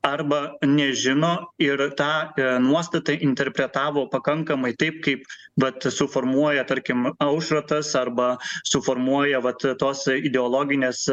arba nežino ir tą p nuostatą interpretavo pakankamai taip kaip vat suformuoja tarkim aušrotas arba suformuoja vat tos ideologinės